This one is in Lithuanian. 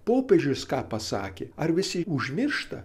popiežius ką pasakė ar visi užmiršta